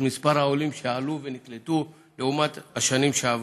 מספר העולים שנקלטו לעומת השנים שעברו.